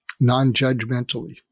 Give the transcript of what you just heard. non-judgmentally